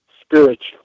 spiritual